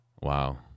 wow